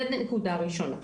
זה נקודה ראשונה.